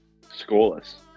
scoreless